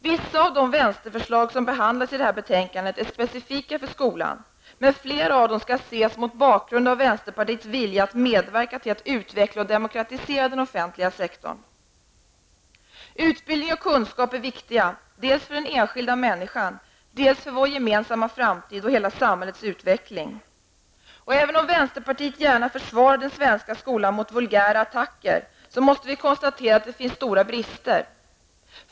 Vissa av de vänsterförslag som behandlas i det här betänkandet är specifika för skolan, men flera av dem skall ses mot bakgrund av vänsterpartiets vilja att medverka till att utveckla och demokratisera den offentliga sektorn. Det är viktigt med utbildning och kunskap, dels för den enskilda människan, dels för vår gemensamma framtid och hela samhällets utveckling. Även om vänsterpartiet gärna försvarar den svenska skolan mot vulgära attacker, måste vi konstatera att det finns stora brister.